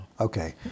Okay